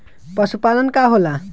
पशुपलन का होला?